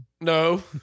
No